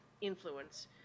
influence